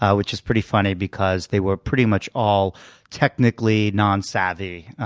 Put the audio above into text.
ah which is pretty funny, because they were pretty much all technically non-savvy,